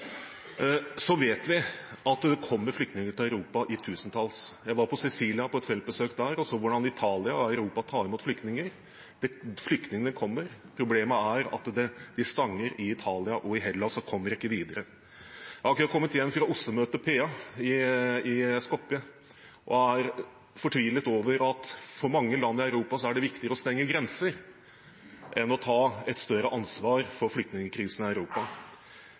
så langt i 2016, som ikke skyldes regjeringens politikk, men stengte grenser nedover i Europa, vet vi at det kommer flyktninger til Europa i tusentall. Jeg var på Sicilia på et feltbesøk der og så hvordan Italia og Europa tar imot flyktninger. Flyktningene kommer, men problemet er at de stanger i Italia og i Hellas og kommer ikke videre. Jeg har akkurat kommet hjem fra OSSE-møtet, PA, i Skopje og er fortvilet over at for mange land i Europa er det viktigere å stenge grenser enn å ta et større ansvar for flyktningkrisen i